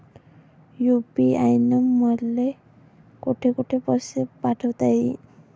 UPI न मले कोठ कोठ पैसे पाठवता येईन?